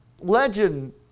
Legend